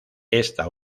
esta